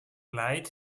leid